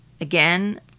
Again